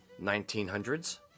1900s